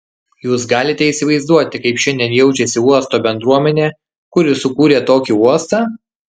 jūs galite įsivaizduoti kaip šiandien jaučiasi uosto bendruomenė kuri sukūrė tokį uostą